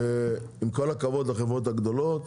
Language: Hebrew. עם כל הכבוד לחברות הגדולות,